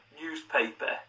newspaper